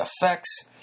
effects